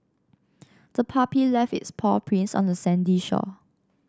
the puppy left its paw prints on the sandy shore